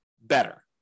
better